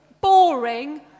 boring